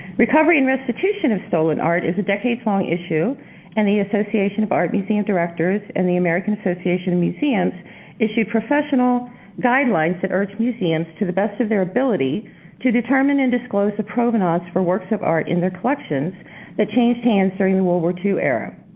recovery and restitution of stolen art is a decades long issue and the association of art museum directors and the american association of museums issued professional guidelines that urge museums to the best of their ability to determine and disclose the provenance for works of art in their collections that changed hands during the world war ii era.